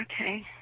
Okay